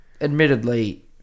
admittedly